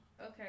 Okay